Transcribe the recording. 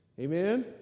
Amen